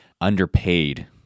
underpaid